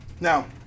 Now